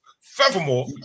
Furthermore